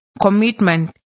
commitment